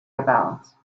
about